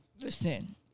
Listen